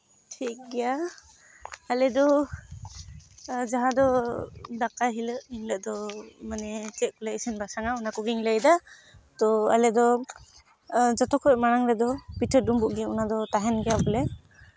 ᱴᱷᱤᱠ ᱜᱮᱭᱟ ᱟᱞᱮ ᱫᱚ ᱫᱟᱠᱟᱭ ᱦᱤᱞᱳᱜ ᱮᱱᱦᱤᱞᱳᱜ ᱫᱚ ᱢᱟᱱᱮ ᱪᱮᱫ ᱠᱚᱞᱮ ᱤᱥᱤᱱ ᱵᱟᱥᱟᱝᱟ ᱚᱱᱟ ᱠᱚᱜᱮᱧ ᱞᱟᱹᱭᱫᱟ ᱛᱚ ᱟᱞᱮᱫᱚ ᱡᱚᱛᱚᱠᱷᱚᱡ ᱢᱟᱲᱟᱝ ᱨᱮᱫᱚ ᱯᱤᱴᱷᱟᱹ ᱰᱩᱢᱵᱩᱜ ᱜᱮ ᱚᱱᱟᱫᱚ ᱛᱟᱦᱮᱱ ᱜᱮᱭᱟ ᱵᱚᱞᱮ